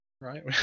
right